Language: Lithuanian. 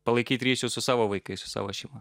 palaikyt ryšius su savo vaikais su savo šeima